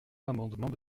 l’amendement